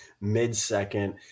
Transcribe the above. mid-second